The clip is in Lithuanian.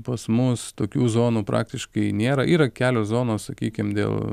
pas mus tokių zonų praktiškai nėra yra kelios zonos sakykim dėl